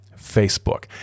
Facebook